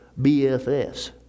BFS